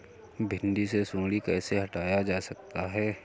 भिंडी से सुंडी कैसे हटाया जा सकता है?